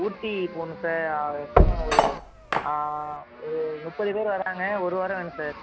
ஊட்டி போகணும் சார் மொத்தம் ஒரு ஆ ஒரு முப்பது பேர் வர்றாங்க ஒரு வாரம் வேணும் சார்